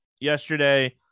yesterday